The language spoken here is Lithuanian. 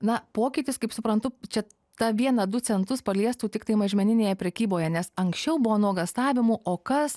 na pokytis kaip suprantu čia tą vieną du centus paliestų tiktai mažmeninėje prekyboje nes anksčiau buvo nuogąstavimų o kas